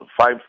five